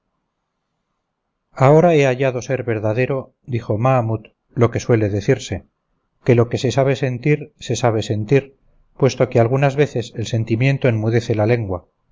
la vida ahora he hallado ser verdadero dijo mahamut lo que suele decirse que lo que se sabe sentir se sabe decir puesto que algunas veces el sentimiento enmudece la lengua